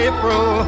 April